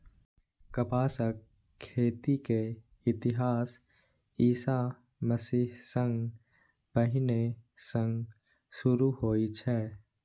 कपासक खेती के इतिहास ईशा मसीह सं पहिने सं शुरू होइ छै